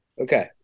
Okay